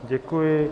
Děkuji.